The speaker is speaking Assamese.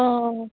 অঁ অঁ